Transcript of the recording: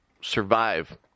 survive